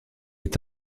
est